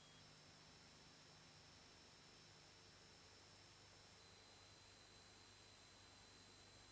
Grazie